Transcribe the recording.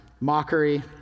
mockery